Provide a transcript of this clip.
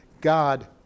God